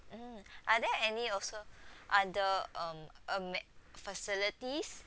mm are there any also other um amen~ facilities